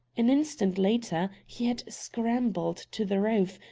an instant later he had scrambled to the roof,